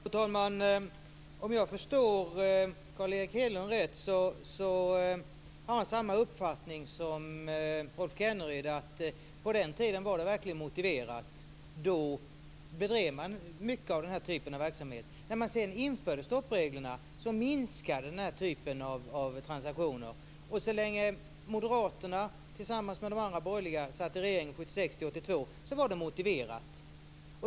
Fru talman! Om jag förstår Carl Erik Hedlund rätt har han samma uppfattning som Rolf Kenneryd, att det på den tiden var motiverat med stoppregler, eftersom man då bedrev den här typen av verksamhet. När man sedan införde stoppregler minskade den typen av transaktioner. Så länge moderaterna tillsammans med de andra borgerliga partierna satt i regeringen 1976 1982 var det motiverat med stoppregler.